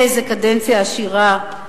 איזו קדנציה עשירה.